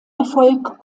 erfolg